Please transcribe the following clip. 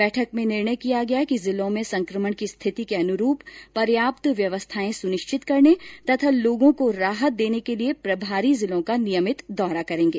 बैठक में निर्णय किया गया कि जिलों में संक्रमण की स्थिति के अनुरूप पर्याप्त व्यवस्थाएं सुनिश्चित करने तथा लोगों को राहत देने के लिए प्रभारी जिलों का नियमित दौरा करेंगे